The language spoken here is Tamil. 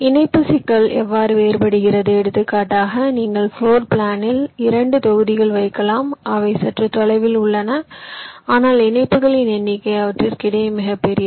இணைப்பு சிக்கல் எவ்வாறு வேறுபடுகிறது எடுத்துக்காட்டாக நீங்கள் பிளோர் பிளானில் இரண்டு தொகுதிகள் வைக்கலாம் அவை சற்று தொலைவில் உள்ளன ஆனால் இணைப்புகளின் எண்ணிக்கை அவற்றுக்கிடையே மிகப் பெரியது